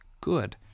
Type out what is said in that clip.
good